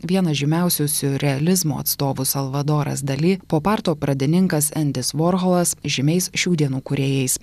vienas žymiausių siurrealizmo atstovų salvadoras dali poparto pradininkas endis vorchovas žymiais šių dienų kūrėjais